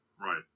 Right